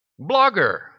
blogger